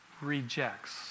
Rejects